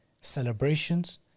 celebrations